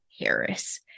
Harris